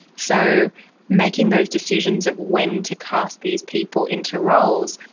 so making those decisions of when to cast these people into roles,